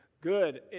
good